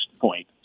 point